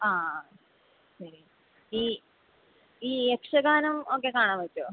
ആ ശരി ഈ ഈ യക്ഷഗാനം ഒക്കെ കാണാൻ പറ്റുമോ